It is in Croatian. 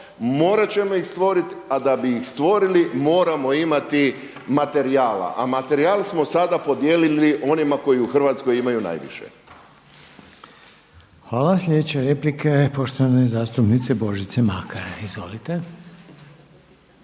morat ćemo ih stvoriti a da bi ih stvorili moramo imati materijala, a materijal smo sada podijelili onima koji u Hrvatskoj imaju najviše. **Reiner, Željko (HDZ)** Hvala. Slijedeća replika je poštovane zastupnice Božice Makar. Izvolite.